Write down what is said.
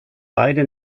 beide